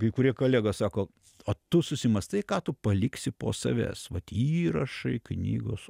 kai kurie kolegos sako o tu susimąstai ką tu paliksi po savęs vat įrašai knygos